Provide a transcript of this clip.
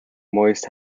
moist